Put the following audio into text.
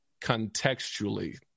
contextually